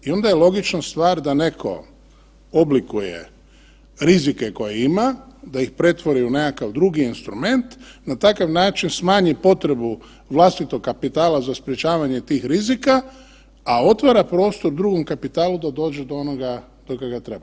I onda je logično stvar da neko oblikuje rizike koje ima, da ih pretvori u nekakav drugi instrument na takav način smanji potrebu vlastitog kapitala za sprečavanje tih rizika, a otvara prostor drugom kapitalu da dođe do onoga dokle ga treba.